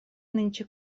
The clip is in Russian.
нынче